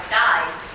died